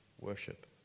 worship